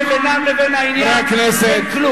משיקולים שבינם לבין העניין אין כלום.